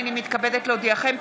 הינני מתכבדת להודיעכם,